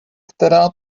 která